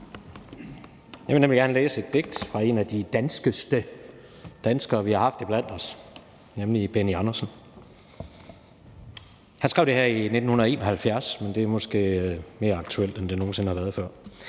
nemlig gerne læse et digt op af en af de danskeste danskere, vi har haft iblandt os, nemlig Benny Andersen. Han skrev det her i 1971, men det er måske mere aktuelt, end det nogen sinde har været før.